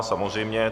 Samozřejmě.